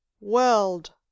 world